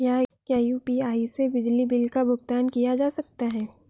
क्या यू.पी.आई से बिजली बिल का भुगतान किया जा सकता है?